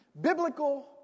biblical